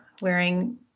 wearing